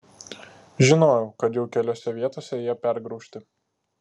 žinojau kad jau keliose vietose jie pergraužti